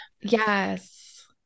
Yes